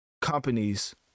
companies